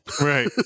Right